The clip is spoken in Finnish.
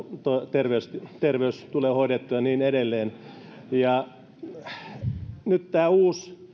terveys terveys tulee hoidettua ja niin edelleen nyt tämä uusi